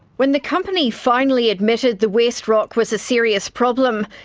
when the company finally admitted the waste rock was a serious problem,